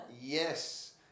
yes